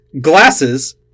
Glasses